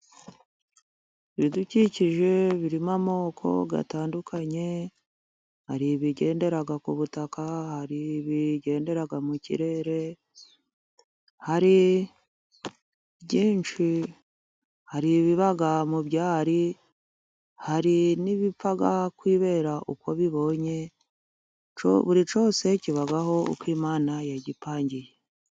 Ibidukikije birimo amoko atandukanye hari ibigendera ku butaka, hari ibigendera mu kirere, hari byinshi . Hari ibibaga mu byari , hari n'ibipfa kwibera uko bibonye , buri cyose kibabaho uko Imana yagipangiye.